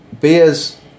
Beers